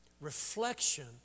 reflection